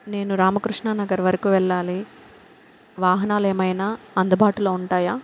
నేను రామకృష్ణానగర్ వరకు వెళ్ళాలి వాహనాలు ఏమైనా అందుబాటులో ఉంటాయా